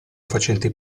facenti